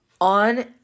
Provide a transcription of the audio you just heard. on